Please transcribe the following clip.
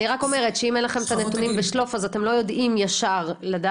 אני רק אומרת שאם אין לכם את הנתונים בשלוף אז אתם לא יודעים ישר לדעת.